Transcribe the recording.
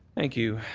thank you,